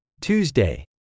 Tuesday